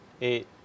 eight